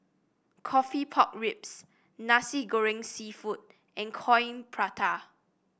coffee Pork Ribs Nasi Goreng seafood and Coin Prata